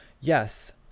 Yes